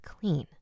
clean